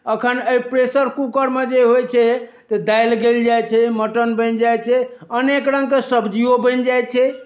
अखन एहि प्रेसर कुकरमे जे होइ छै तऽ दालि गैल जाइ छै मटन बनि जाइ छै अनेक रङ्गके सब्जियो बनि जाइ छै